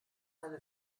eine